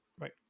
right